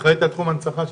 אחראית על תחום ההנצחה.